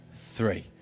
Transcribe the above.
Three